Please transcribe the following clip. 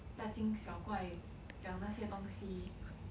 大惊小怪讲那些东西